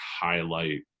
highlight